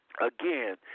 again